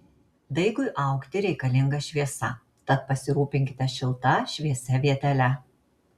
daigui augti reikalinga šviesa tad pasirūpinkite šilta šviesia vietele